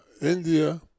India